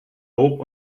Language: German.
lob